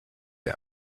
him